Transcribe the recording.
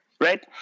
right